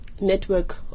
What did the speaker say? network